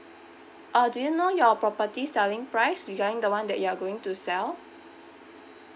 uh do you know your property selling price regarding the one that you are going to sell